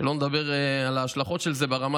שלא נדבר על ההשלכות של זה ברמה